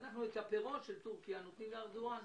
שאת הפירות אנחנו נותנים לארדואן.